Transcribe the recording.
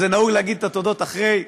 נהוג להגיד את התודות אחרי,